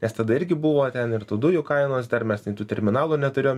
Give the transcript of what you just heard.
nes tada irgi buvo ten ir tų dujų kainos dar mes tų terminalų neturėjom